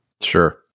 Sure